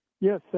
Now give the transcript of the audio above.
Yes